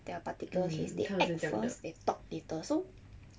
there are particular case they act first they talk later so